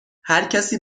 هرکسی